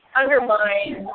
undermine